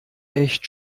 echt